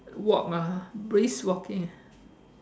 walk ah brisk walking